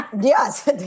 Yes